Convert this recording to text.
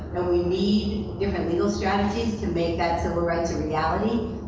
and we need different legal strategies to make that civil rights a reality.